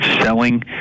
selling